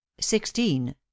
Sixteen